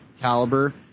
caliber